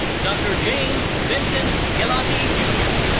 dr. james vincent gigliotti jr.